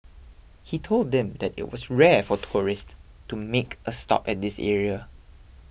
he told them that it was rare for tourists to make a stop at this area